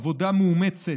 עבודה מאומצת,